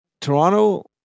Toronto